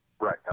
Right